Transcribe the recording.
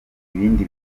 ibindi